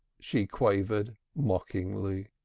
she quavered mockingly.